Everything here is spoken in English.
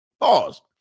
Pause